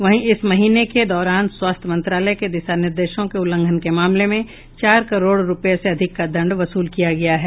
वहीं इस महीने के दौरान स्वास्थ्य मंत्रालय के दिशा निर्देशों के उल्लंघन के मामले में चार करोड रुपये से अधिक का दंड वसूल किया गया है